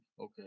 okay